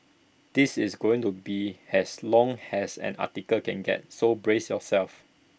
this is going to be as long as an article can get so brace yourself